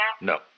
No